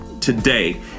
today